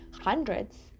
hundreds